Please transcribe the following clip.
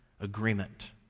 agreement